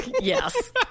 yes